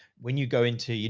when you go into, you